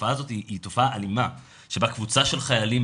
התופעה הזאת היא תופעה אלימה שבה קבוצה של חיילים,